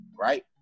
right